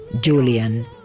Julian